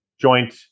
joint